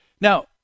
Now